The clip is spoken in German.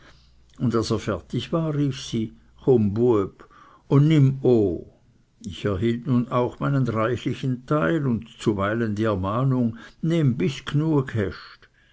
und als er fertig war rief sie chumm bueb und nimm o ich erhielt nun auch meinen reichlichen teil und zuweilen die ermahnung nimm bis